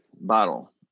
bottle